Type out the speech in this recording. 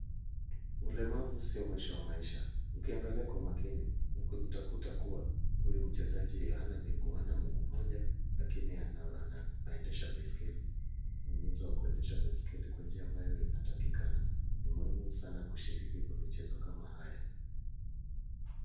Ulemavu sio mwisho wa maisha ukiangalia kwa umakini utakuta kuwa huyu mchezaji hana mguu mmoja lakini anaendesha baiskeli. Ana uwezo wa kuendesha baiskeli kwa njia ambayo inatakikana. Ni muhimu sana kushiriki kwa michezo kama haya.